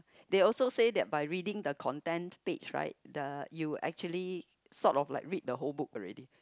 they also said that by reading the content page right the you actually sort of like read the whole book already